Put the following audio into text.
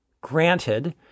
Granted